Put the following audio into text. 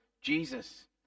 Jesus